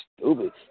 stupid